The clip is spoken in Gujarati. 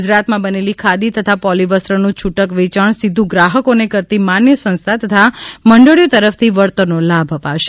ગુજરાતમાં બનેલી ખાદી તથા પોલીવસ્ત્રનું છુટક વેચાણ સીધું ગ્રાહકોને કરતી માન્ય સંસ્થા તથા મંડળીઓ તરફથી વળતરનો લાભ અપાશે